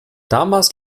damals